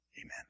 amen